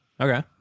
okay